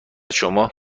شما